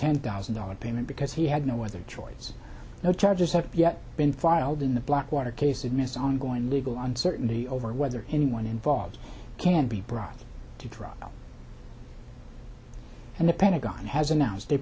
ten thousand dollars payment because he had no other choice no charges have yet been filed in the blackwater case admits ongoing legal uncertainty over whether anyone involved can be brought to trial and the pentagon has announced